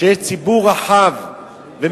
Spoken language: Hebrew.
שכן יש ציבור רחב ומגוון,